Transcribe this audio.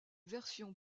versions